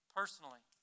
personally